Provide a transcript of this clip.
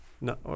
No